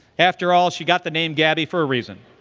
after all, she got the name gabby for a reason.